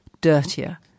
dirtier